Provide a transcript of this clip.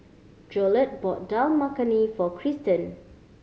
Jolette bought Dal Makhani for Cristen